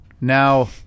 Now